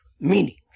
meanings